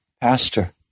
Pastor